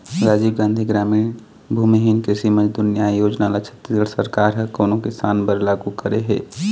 राजीव गांधी गरामीन भूमिहीन कृषि मजदूर न्याय योजना ल छत्तीसगढ़ सरकार ह कोन किसान बर लागू करे हे?